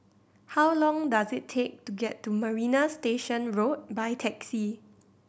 how long does it take to get to Marina Station Road by taxi